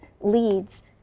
leads